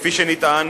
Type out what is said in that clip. כפי שנטען,